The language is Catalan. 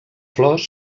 flors